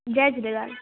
Jay Jhulelal